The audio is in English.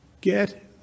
Get